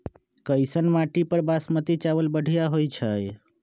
कैसन माटी पर बासमती चावल बढ़िया होई छई?